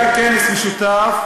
היה כנס משותף,